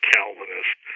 Calvinist